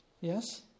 Yes